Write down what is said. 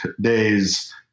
days